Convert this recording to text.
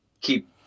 keep